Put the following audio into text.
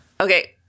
Okay